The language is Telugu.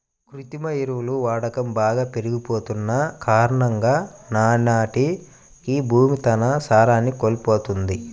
కృత్రిమ ఎరువుల వాడకం బాగా పెరిగిపోతన్న కారణంగా నానాటికీ భూమి తన సారాన్ని కోల్పోతంది